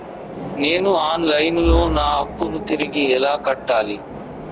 నేను online లో నా అప్పును తిరిగి ఎలా కట్టాలి?